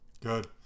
Good